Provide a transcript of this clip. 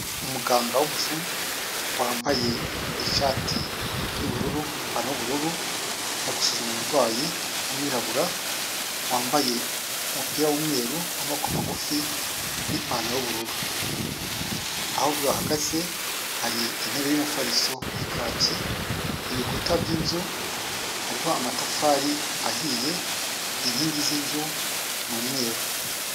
Umuganga w'umuzungu wambaye ishati y'ubururu n'ipantaro y'ubururu ,ari gusuzuma umurwayi w'umwirabura, wambaye umupira w'umweru w'amaboko magufi n'ipantaro y'ubururu. Aho bahagaze hari intebe y'umufariso ya kaki, ibikuta by'inzu hariho amatafari ahiye, inkingi z'inzu ni umweru.